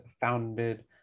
founded